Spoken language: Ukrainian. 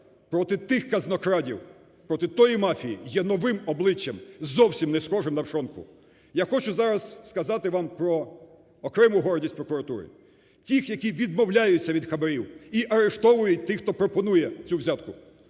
проти тих казнокрадів, проти тої мафії, є новим обличчям, зовсім не схожим на Пшонку. Я хочу зараз сказати вам про окрему гордість прокуратури. Тих, які відмовляються від хабарів, і арештовують тих, хто пропонує цю взятку.